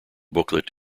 booklet